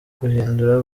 guhindura